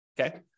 okay